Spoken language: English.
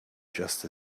just